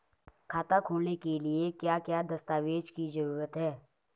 खाता खोलने के लिए क्या क्या दस्तावेज़ की जरूरत है?